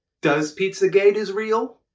does pizzagate is real?